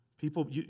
People